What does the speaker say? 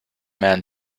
man